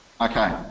Okay